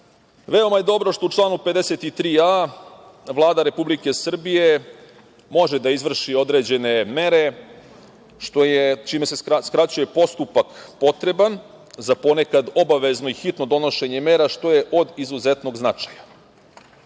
Veoma je dobro što u članu 53a) Vlada Republike Srbije možda da izvrši određene mere, čime se skraćuje postupak potreban za ponekad obavezno i hitno donošenje mera, što je od izuzetnog značaja. Ono